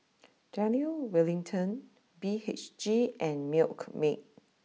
Daniel Wellington B H G and Milkmaid